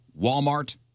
Walmart